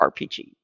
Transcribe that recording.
rpg